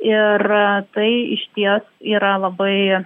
ir tai išties yra labai